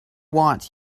want